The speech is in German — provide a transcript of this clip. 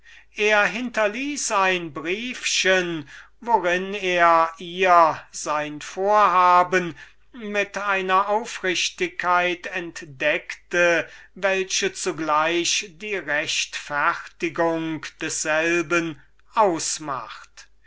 er hinterließ ein briefchen worin er ihr sein vorhaben mit einer aufrichtigkeit entdeckte welche zugleich die rechtfertigung desselben ausmacht